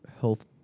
health